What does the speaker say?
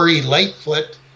lightfoot